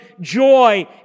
joy